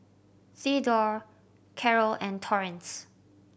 Thedore Carol and Torrence